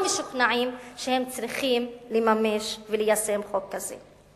משוכנעים שהם צריכים לממש וליישם חוק כזה.